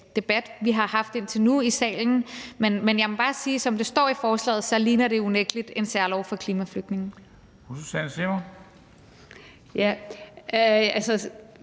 debat, vi har haft indtil nu i salen. Men jeg må bare sige, at sådan som det står i forslaget, ligner det unægtelig en særlov for klimaflygtninge.